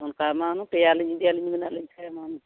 ᱚᱱᱠᱟ ᱢᱟ ᱦᱩᱱᱟᱹᱝ ᱯᱮᱭᱟᱞᱤᱧ ᱤᱫᱤᱭᱟ ᱟᱹᱞᱤᱧ ᱢᱮᱱᱮᱫᱼᱟ ᱞᱤᱧ ᱚᱱᱟ ᱢᱟ